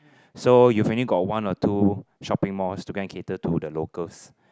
so you only got one or two shopping malls to gain cater to the locals